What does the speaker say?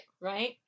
Right